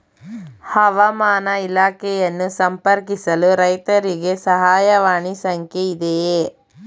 ಹವಾಮಾನ ಇಲಾಖೆಯನ್ನು ಸಂಪರ್ಕಿಸಲು ರೈತರಿಗೆ ಸಹಾಯವಾಣಿ ಸಂಖ್ಯೆ ಇದೆಯೇ?